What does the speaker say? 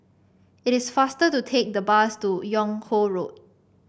it is faster to take the bus to Yung Ho Road